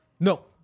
No